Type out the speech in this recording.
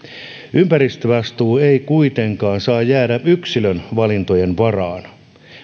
ympäristövastuu ei kuitenkaan saa jäädä yksilön valintojen varaan